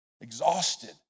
exhausted